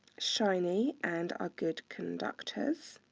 shiny, and are good conductors.